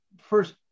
first